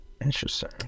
interesting